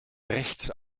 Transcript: rechts